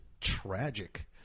tragic